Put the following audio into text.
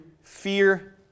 fear